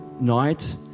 night